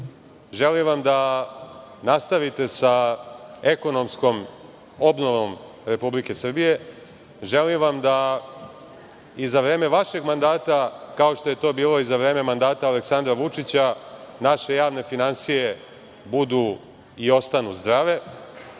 Želim vam da nastavite sa ekonomskom obnovom Republike Srbije, želim vam da i za vreme vašeg mandata, kao što je to bilo i za vreme mandata Aleksandra Vučića, naše javne finansije budu i ostanu zdrave.